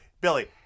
Billy